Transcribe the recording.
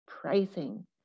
pricing